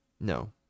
No